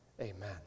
amen